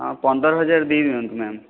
ହଁ ପନ୍ଦରହଜାର ଦେଇଦିଅନ୍ତୁ ମ୍ୟାମ୍